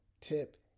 tip